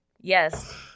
yes